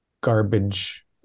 garbage